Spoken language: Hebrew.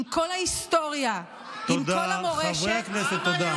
עם כל ההיסטוריה, עם כל המורשת, חברי הכנסת, תודה.